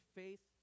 faith